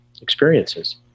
experiences